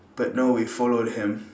but no we followed him